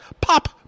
Pop